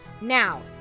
Now